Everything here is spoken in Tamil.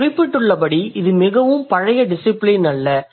நான் குறிப்பிட்டுள்ளபடி இது மிகவும் பழைய டிசிபிலின் அல்ல